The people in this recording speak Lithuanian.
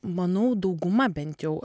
manau dauguma bent jau